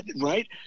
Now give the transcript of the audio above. Right